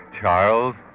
Charles